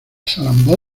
salambó